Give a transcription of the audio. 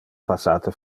passate